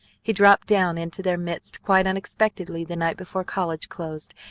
he dropped down into their midst quite unexpectedly the night before college closed,